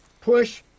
push